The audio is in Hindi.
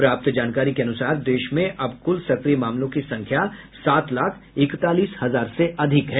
प्राप्त जानकारी के अनुसार देश में अब कुल सक्रिय मामलों की संख्या सात लाख इकतालीस हजार से अधिक है